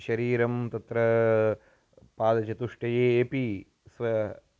शरीरं तत्र पादचतुष्टयेपि स्व